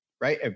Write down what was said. right